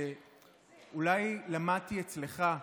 שאולי למדתי אצלך,